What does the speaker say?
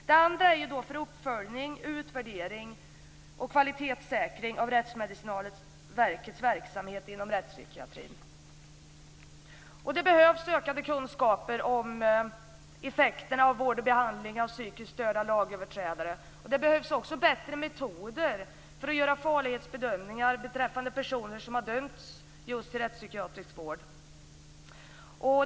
Det andra är för uppföljning, utvärdering och kvalitetssäkring av Rättsmedicinalverkets verksamhet inom rättspsykiatrin. Det behövs ökade kunskaper om effekterna av vård och behandling av psykiskt störda lagöverträdare. Det behövs också bättre metoder för att göra farlighetsbedömningar beträffande personer som dömts till just rättspsykiatrisk vård.